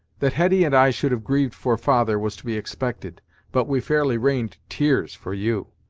that hetty and i should have grieved for father was to be expected but we fairly rained tears for you.